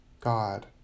god